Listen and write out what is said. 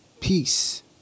peace